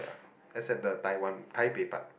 except the Taiwan Taipei part lah